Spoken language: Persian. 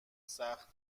سخت